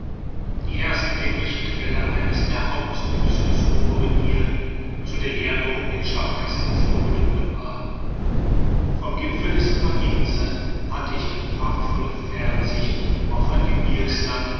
die tritt wirkliche quelle eines der hauptzuflüsse des oberen nil zu der je ein europäischer reisender vorgedrungen war vom gipfel des baginse hatte ich eine prachtvolle fernsicht auf ein gebirgsland